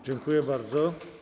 Dziękuję bardzo.